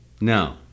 No